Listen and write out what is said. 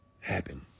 happen